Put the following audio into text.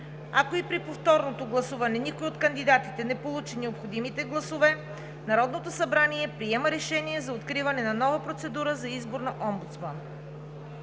Ако и при повторното гласуване никой от кандидатите не получи необходимите гласове, Народното събрание приема решение за откриване на нова процедура за избор. 9.